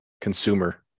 consumer